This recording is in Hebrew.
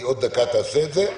ובעוד דקה היא תעשה את זה.